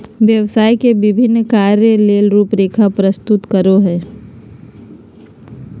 व्यवसाय के विभिन्न कार्य ले रूपरेखा प्रस्तुत करो हइ